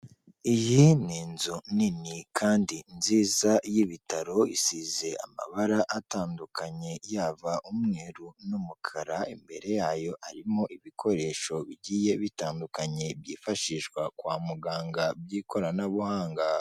Iyi ni inzu nini kandi nziza y'ibitaro isize amabara atandukanye yaba umweru n'umukara, imbere yayo harimo ibikoresho bigiye bitandukanye byifashishwa kwa muganga by'ikoranabuhanga.